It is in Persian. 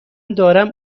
دارم